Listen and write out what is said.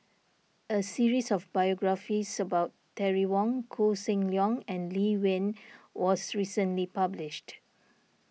a series of biographies about Terry Wong Koh Seng Leong and Lee Wen was recently published